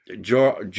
Joe